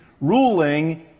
Ruling